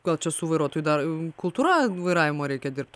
kol čia su vairuotojų dar kultūra vairavimo reikia dirbti